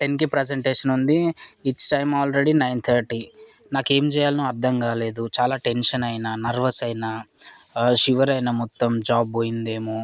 టెన్కి ప్రెసెంటేషన్ ఉంది it's time already nine thirty నాకేం చేయలో అర్థం కాలేదు చాలా టెన్షన్ అయిన నర్వస్ అయిన శివర్ అయిన మొత్తం జాబ్ పోయిందేమో